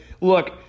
look